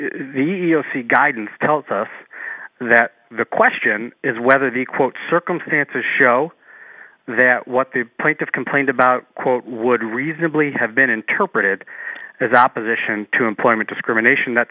seek guidance tells us that the question is whether the quote circumstances show that what the point of complaint about quote would reasonably have been interpreted as opposition to employment discrimination that